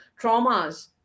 traumas